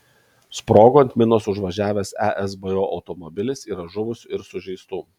sprogo ant minos užvažiavęs esbo automobilis yra žuvusių ir sužeistų